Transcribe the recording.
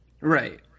Right